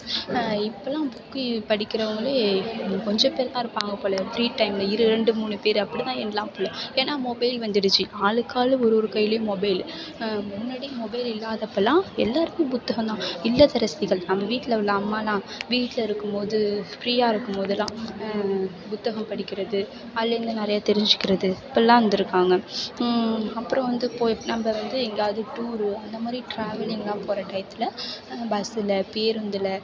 இப்பெல்லாம் புக்கு படிக்கிறவுங்களே கொஞ்சம்ப் பேர் தான் இருப்பாங்க போல் ஃப்ரீ டைமில் இரண்டு மூணு பேர் அப்படிதான் எண்ணலாம் போல் ஏன்னால் மொபைல் வந்துடுச்சு ஆளுக்காள் ஒரு ஒரு கையிலேயும் மொபைல் முன்னாடி மொபைல் இல்லாதப்பெல்லாம் எல்லாேருக்கும் புத்தகம்தான் இல்லத்தரசிகள் நம்ம வீட்டில் உள்ள அம்மாவெல்லாம் வீட்டில் இருக்கும் போது ஃப்ரீயாக இருக்கும் போதெல்லாம் புத்தகம் படிக்கிறது அதுலேருந்து நிறைய தெரிஞ்சுக்கிறது இப்பிடில்லாம் இருந்திருக்காங்க அப்புறம் வந்து போய் நம்ம வந்து எங்கேயாது டூரு அந்த மாதிரி ட்ராவலிங்கெல்லாம் போகிற டைத்தில் பஸ்ஸில் பேருந்தில்